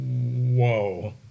whoa